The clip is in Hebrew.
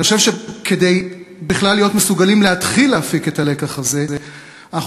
אני חושב שכדי להיות מסוגלים להתחיל להפיק את הלקח הזה בכלל